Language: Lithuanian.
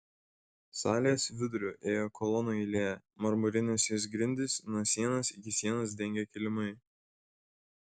salės viduriu ėjo kolonų eilė marmurines jos grindis nuo sienos iki sienos dengė kilimai